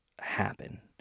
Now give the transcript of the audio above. happen